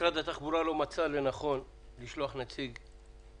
משרד התחבורה לא מצא לנכון לשלוח נציג,